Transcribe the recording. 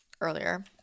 earlier